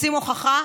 רוצים הוכחה?